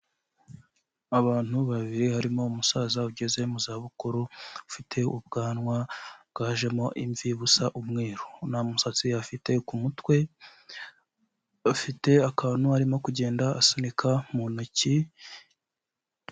Abantu babiri harimo umusaza ugeze mu zabukuru ufite ubwanwa bwajemo imvi busa umweru, nta musatsi afite ku mutwe bafite akantu arimo kugenda asunika mu ntoki.